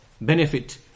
benefit